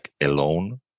alone